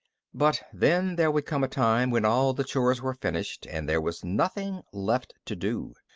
but then there would come a time when all the chores were finished and there was nothing left to do.